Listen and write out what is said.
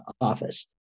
Office